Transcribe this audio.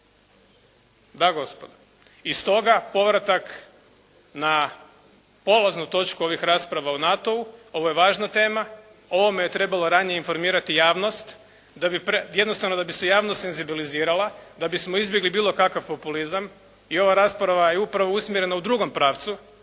Da gospodo. I stoga povratak na polaznu točku ovih rasprava o NATO-u. Ovo je važna tema. O ovome je trebalo ranije informirati javnost jednostavno da bi se javnost senzibilizirala, da bismo izbjegli bilo kakav populizam i ova rasprava je upravo usmjerena u drugom pravcu